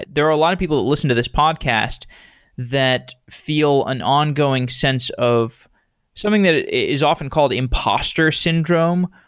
there are a lot of people that listen to this podcast that feel an ongoing sense of something that is often called impostor syndrome,